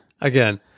again